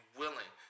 willing